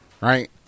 right